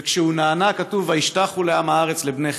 וכשהוא נענה, כתוב: "וישתחו לעם הארץ לבני חת".